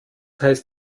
heißt